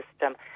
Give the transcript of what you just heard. system